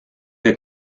que